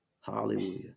Hallelujah